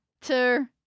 Two